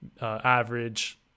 average